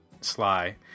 sly